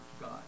God